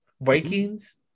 Vikings